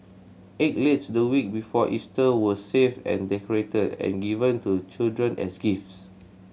egg laid the week before Easter were saved and decorated and given to children as gifts